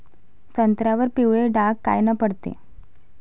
संत्र्यावर पिवळे डाग कायनं पडते?